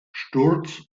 sturz